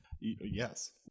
Yes